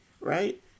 right